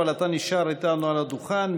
אבל אתה נשאר איתנו על הדוכן,